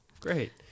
Great